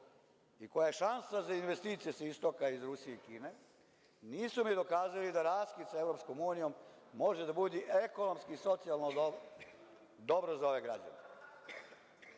i koja je šansa za investicije sa istoka, iz Rusije i Kine. Nisu mi dokazali da raskid sa EU može da bude ekonomsko i socijalno dobro za ove građane. Mislim